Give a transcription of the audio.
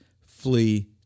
flee